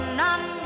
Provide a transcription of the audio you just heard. none